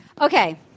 Okay